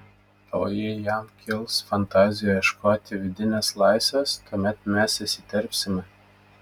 o jei jam kils fantazijų ieškoti vidinės laisvės tuomet mes įsiterpsime